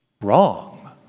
wrong